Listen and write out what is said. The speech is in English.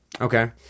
Okay